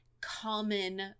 common